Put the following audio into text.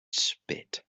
spit